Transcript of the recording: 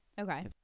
Okay